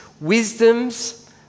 wisdom's